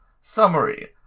summary